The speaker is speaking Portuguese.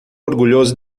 orgulhoso